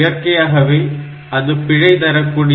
இயற்கையாகவே அது பிழை தரக்கூடிய